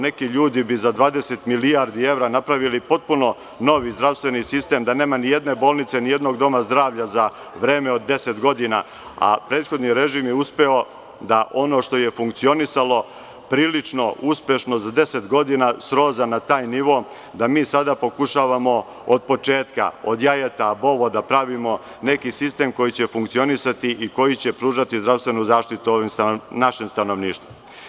Neki ljudi bi za 20 milijardi evra napravili potpuno novi zdravstveni sistem da nema ni jedne bolnice, ni jednog doma zdravlja, za vreme od deset godina, a prethodni režim je uspeo da ono što je funkcionisalo, prilično uspešno, za deset godina sroza na taj nivo da mi sada pokušavamo od početka, od jajeta, da pravimo neki sistem koji će funkcionisati i koji će pružati zdravstvenu zaštitu našem stanovništvu.